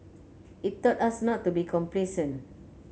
it taught us not to be complacent